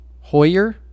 Hoyer